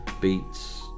beats